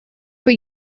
for